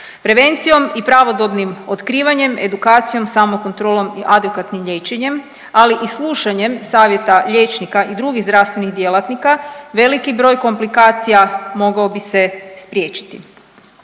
Prevencijom i pravodobnim otkrivanjem, edukacijom, samokontrolom i adekvatnim liječenjem, ali i slušanjem savjeta liječnika i drugih zdravstvenih djelatnika veliki broj komplikacija mogao bi se spriječiti.